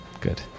Good